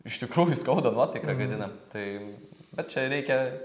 iš tikrųjų skauda nuotaiką gadina tai bet čia reikia